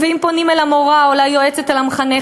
ואם פונים אל המורה או אל היועצת או אל המחנכת,